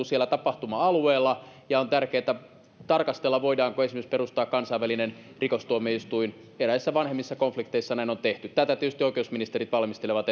siellä tapahtuma alueella ja on tärkeätä tarkastella voidaanko esimerkiksi perustaa kansainvälinen rikostuomioistuin eräissä vanhemmissa konflikteissa näin on tehty tätä tietysti oikeusministerit valmistelevat